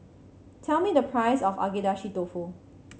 tell me the price of Agedashi Dofu